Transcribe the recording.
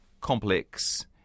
complex